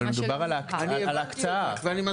אני הבנתי אותך ואני מסכים איתך,